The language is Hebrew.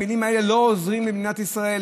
המילים האלה לא עוזרות למדינת ישראל,